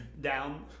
down